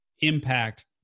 impact